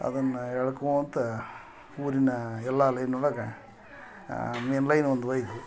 ಅದನ್ನು ಎಳಕೋಂತ ಊರಿನ ಎಲ್ಲ ಲೈನ್ ಒಳಗೆ ಮೇನ್ ಲೈನ್ ಒಂದು ಒಯ್ದು